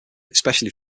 especially